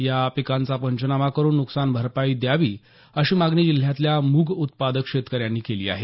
या पिकांचा पंचनामा करून नुकसान भरपाई द्यावी अशी मागणी जिल्ह्यतल्या मूग उत्पादक शेतकऱ्यांनी केली आहे